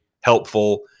helpful